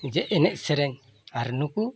ᱡᱮ ᱮᱱᱮᱡᱼᱥᱮᱨᱮᱧ ᱟᱨ ᱱᱩᱠᱩ